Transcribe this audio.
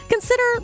consider